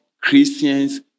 Christians